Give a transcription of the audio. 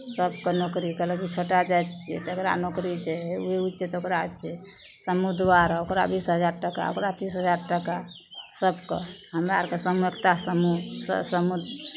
सभकेँ नोकरी कहलक जे छोटा जाति छिए तकरा नोकरी छै ओ ओ छै तऽ ओकरा एतेक समूह द्वारा ओकरा बीस हजार टाका ओकरा तीस हजार टाका सभकेँ हमरा आओरके समभोक्ता समूहके सम्मत